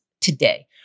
today